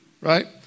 right